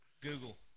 Google